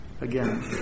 again